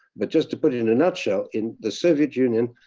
but just to put it in a nutshell, in the soviet union,